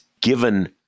given